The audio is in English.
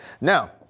Now